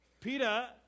PETA